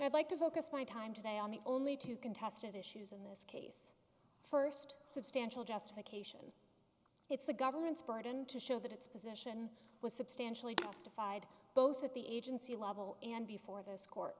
i'd like to focus my time today on the only two contested issues in this case first substantial justification it's the government's burden to show that its position was substantially justified both at the agency level and before this court